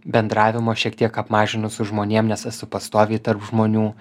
bendravimo šiek tiek apmažinu su žmonėm nes esu pastoviai tarp žmonių